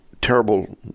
Terrible